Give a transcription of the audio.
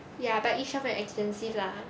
ya but YISHION very expensive lah